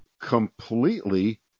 completely